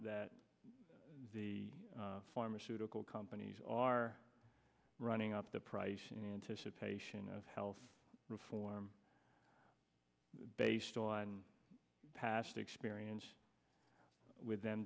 that the pharmaceutical companies are running up the price in anticipation of health reform based on past experience with them